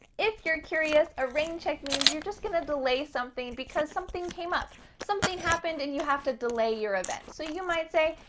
if you're curious, a rain check means you're just gonna delay something because something came up. something happened and you have to delay your event, so you might say,